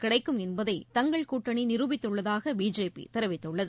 கிடைக்கும் என்பதை தங்கள் கூட்டணி நிருபித்துள்ளதாக பிஜேபி தெரிவித்துள்ளது